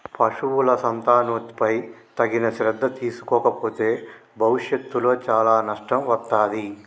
పశువుల సంతానోత్పత్తిపై తగిన శ్రద్ధ తీసుకోకపోతే భవిష్యత్తులో చాలా నష్టం వత్తాది